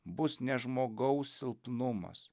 bus ne žmogaus silpnumas